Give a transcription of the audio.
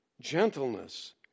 gentleness